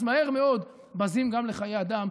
אז מהר מאוד בזים גם לחיי אדם,